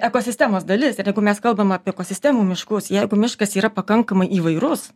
ekosistemos dalis ir jeigu mes kalbam apie ekosistemų miškus jeigu miškas yra pakankamai įvairus